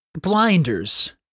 Blinders